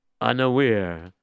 unaware